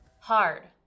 hard